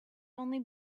only